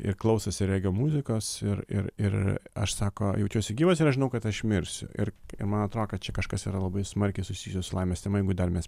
ir klausosi regio muzikos ir ir ir aš sako jaučiuosi gyvas ir žinau kad aš mirsiu ir man atrodo kad čia kažkas yra labai smarkiai susijusio su laimės tema jeigu dar mes